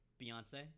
beyonce